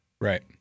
right